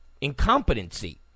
incompetency